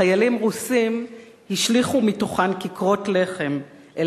חיילים רוסים השליכו מתוכן כיכרות לחם אל